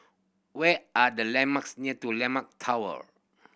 where are the landmarks near Landmark Tower